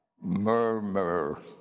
Murmur